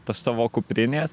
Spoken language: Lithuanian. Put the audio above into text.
tos tavo kuprinės